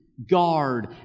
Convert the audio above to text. guard